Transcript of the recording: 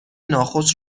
ناخوش